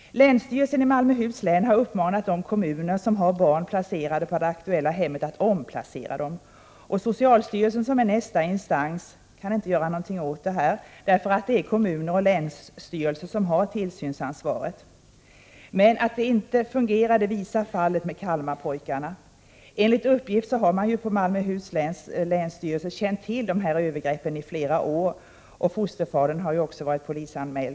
Länsstyrelsen i Malmöhus län har uppmanat de kommuner som har barn placerade i det aktuella hemmet att omplacera barnen. Socialstyrelsen som är nästa instans kan ingenting göra, därför att det är kommuner och länsstyrelse som har tillsynsansvaret. Att denna tillsyn inte fungerar visar fallet med Kalmarpojkarna. Enligt uppgift har befattningshavare vid länsstyrelsen i Malmöhus län känt till övergreppen i flera år; fosterfadern har också tidigare polisanmälts.